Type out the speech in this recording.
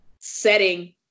setting